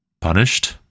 punished